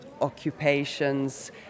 occupations